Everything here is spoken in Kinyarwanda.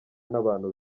n’abantu